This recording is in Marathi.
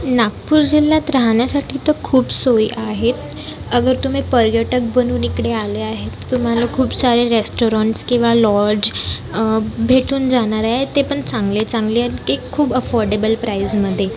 नागपूर जिल्ह्यात राहण्यासाठी तर खूप सोयी आहेत अगर तुम्ही पर्यटक बनून इकडे आले आहेत तर तुम्हाला खूप सारे रेस्टोरंन्टस किंवा लॉज भेटून जाणार आहे ते पण चांगले चांगले आणखी खूप अफोर्डेबल प्राईज मध्ये